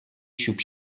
ҫӳп